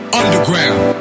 underground